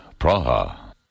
Praha